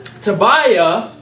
Tobiah